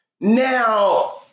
Now